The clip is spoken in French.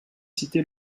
citer